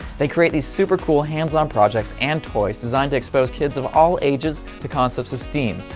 they create these super cool hands-on projects and toys designed to expose kids of all ages the concepts of steam,